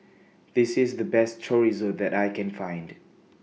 This IS The Best Chorizo that I Can Find